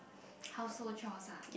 household chores ah